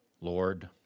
Lord